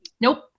Nope